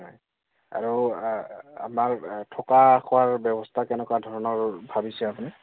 হয় আৰু আমাৰ থকা খোৱাৰ ব্যৱস্থা কেনেকুৱা ধৰণৰ ভাবিছে আপুনি